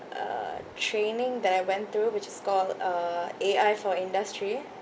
uh training that I went through which is called uh A_I for industry